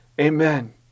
amen